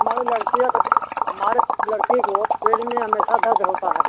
हमारी लड़कियों को हमारी लड़की को पेट में हमेशा दर्द होता है